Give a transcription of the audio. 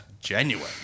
genuine